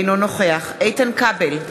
אינו נוכח איתן כבל,